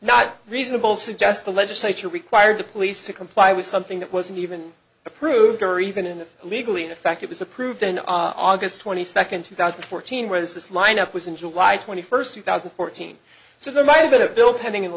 not reasonable suggest the legislature required the police to comply with something that wasn't even approved or even legally in effect it was approved in august twenty second two thousand and fourteen was this line up was in july twenty first two thousand and fourteen so there might have been a bill pending in the